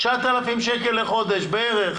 9,000 שקל בחודש בערך.